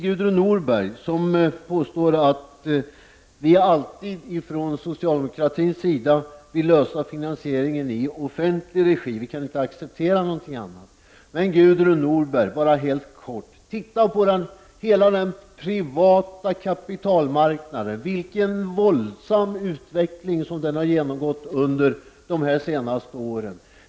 Gudrun Norberg påstår att man från socialdemokratins sida vill se finansiering i offentlig regi och inte kan acceptera något annat. Men titta då på hela den privata kapitalmarknaden, vilken våldsam utveckling den genomgått under de senaste åren!